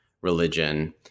religion